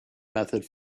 method